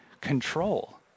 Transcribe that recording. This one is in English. control